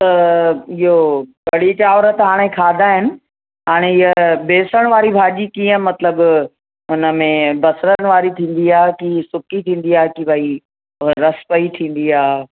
त इहो कढ़ी चांवर त हाणे खाधा आहिनि हाणे हीअ बेसणु वारी भाॼी कीअं मतिलब उनमें बसिरन वारी थींदी आहे की सुकी थींदी आहे की भई रसु वारी थींदी आहे